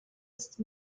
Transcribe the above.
ist